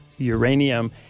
Uranium